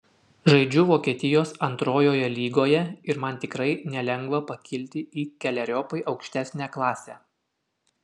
žaidžiu vokietijos antrojoje lygoje ir man tikrai nelengva pakilti į keleriopai aukštesnę klasę